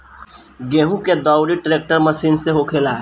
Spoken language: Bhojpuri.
गेहूं के दउरी ट्रेक्टर मशीन से होखेला